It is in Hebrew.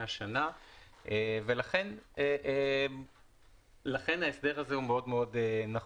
שנה ולכן ההסדר הזה הוא מאוד מאוד נחוץ.